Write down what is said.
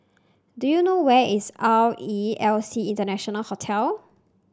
do you know where is R E L C International Hotel